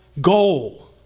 goal